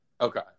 Okay